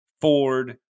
Ford